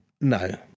No